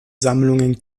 sammlungen